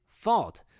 fault